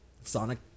Sonic